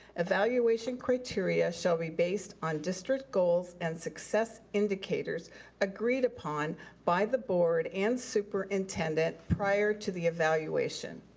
evaluation criteria shall be based on district goals and success indicators agreed upon by the board and superintendent prior to the evaluation.